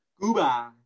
Goodbye